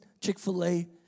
Chick-fil-A